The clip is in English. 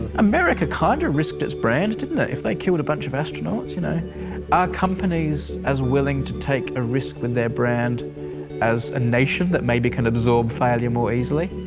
america kinda risked its brand, didn't it? if they killed a bunch of astronauts, you know? are companies as willing to take a risk with their brand as a nation that maybe can absorb failure more easily?